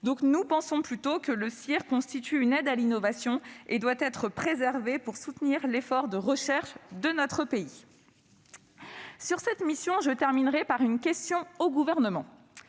5 %. Nous pensons plutôt que le CIR constitue une aide à l'innovation et doit être préservé pour soutenir l'effort de recherche de notre pays. Je conclurai sur cette mission en posant une question au Gouvernement,